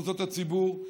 למוסדות הציבור,